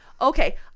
Okay